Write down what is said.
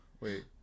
Wait